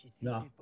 No